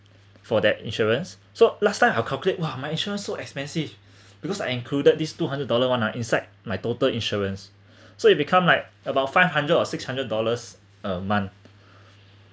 for that insurance so last time I calculate !wah! my insurance so expensive because I included this two hundred dollar one ha inside my total insurance so it become like about five hundred or six hundred dollars a month